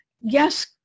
yes